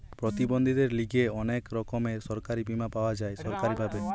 প্রতিবন্ধীদের লিগে অনেক রকমের সরকারি বীমা পাওয়া যায় সরকারি ভাবে